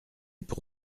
pour